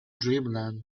dreamland